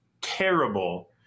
terrible